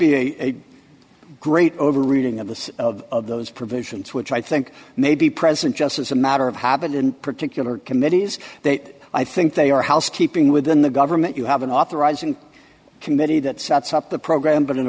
be a great over reading of the of those provisions which i think may be present just as a matter of habit in particular committees that i think they are house keeping within the government you have an authorizing committee that sets up the program but